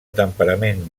temperament